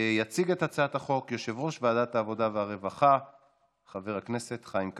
יציג את הצעת החוק יושב-ראש ועדת העבודה והרווחה חבר הכנסת חיים כץ.